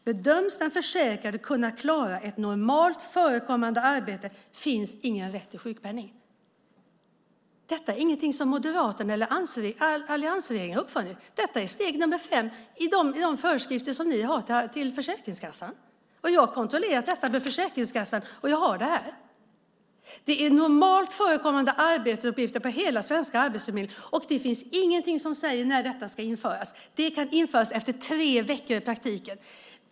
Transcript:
Bedöms den försäkrade kunna klara ett normalt förekommande arbete finns ingen rätt till sjukpenning. Detta är ingenting som Moderaterna eller alliansregeringen har uppfunnit. Detta är steg nummer fem i de föreskrifter som ni har till Försäkringskassan. Jag har kontrollerat detta med Försäkringskassan. Det är normalt förekommande arbetsuppgifter på hela svenska arbetsmarknaden. Det finns ingenting som säger när detta ska införas. Det kan införas efter i praktiken tre veckor.